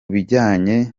bijyanye